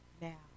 now